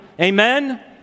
Amen